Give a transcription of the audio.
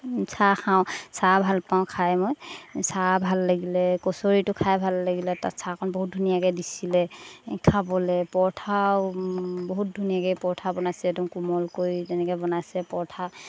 চাহ খাওঁ চাহ ভাল পাওঁ খাই মই চাহ ভাল লাগিলে কচৰিটো খাই ভাল লাগিলে তাত চাহকণ বহুত ধুনীয়াকৈ দিছিলে খাবলৈ পৰঠাও বহুত ধুনীয়াকৈ পৰঠা বনাইছে একদম কোমলকৈ তেনেকৈ বনাইছে পৰঠা